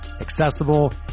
accessible